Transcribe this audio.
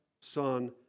Son